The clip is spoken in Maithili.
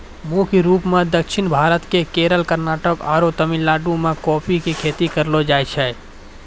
मुख्य रूप सॅ दक्षिण भारत के केरल, कर्णाटक आरो तमिलनाडु मॅ कॉफी के खेती करलो जाय छै